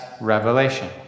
Revelation